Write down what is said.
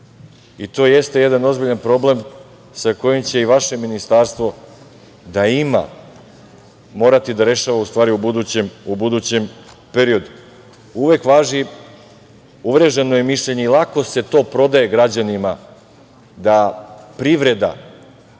I to jeste jedan ozbiljan problem sa kojim će i vaše ministarstvo morati da rešava u stvari u budućem periodu. Uvek važi, uvreženo je mišljenje i lako se to prodaje građanima, da privreda